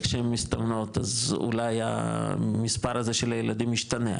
אז אולי המספר הזה של הילדים ישתנה,